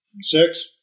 Six